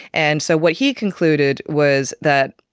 and so what he concluded was that,